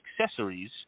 accessories